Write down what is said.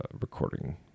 recording